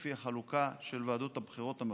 לפי החלוקה של ועדות הבחירות המחוזיות,